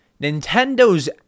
Nintendo's